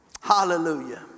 Hallelujah